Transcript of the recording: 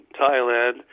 Thailand